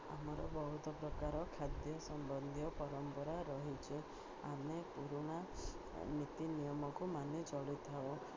ଆମର ବହୁତ ପ୍ରକାର ଖାଦ୍ୟ ସମ୍ବନ୍ଧୀୟ ପରମ୍ପରା ରହିଛି ଆମେ ପୁରୁଣା ନୀତି ନିିୟମକୁ ମାନି ଚଳିଥାଉ